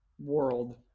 world